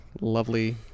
lovely